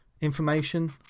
information